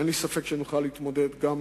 אין לי ספק שנוכל להתמודד גם